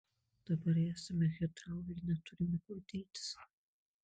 dabar esame hitrou ir neturime kur dėtis